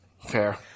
Fair